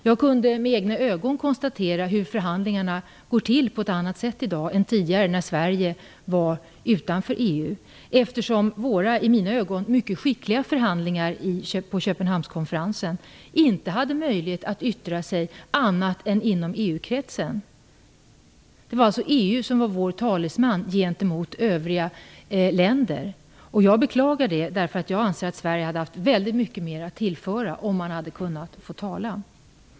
Jag kunde med egna ögon konstatera att förhandlingarna i dag går till på ett annat sätt än tidigare, när Sverige var utanför EU. Våra i mina ögon mycket skickliga förhandlare hade på Köpenhamnskonferensen inte möjlighet att yttra sig annat än i EU-kretsen. Det var EU som var vår talesman gentemot övriga länder. Jag beklagar det, eftersom jag anser att Sveriges förhandlare hade haft väldigt mycket mer att tillföra, om de hade haft möjlighet att tala.